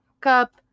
cup